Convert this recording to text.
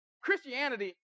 Christianity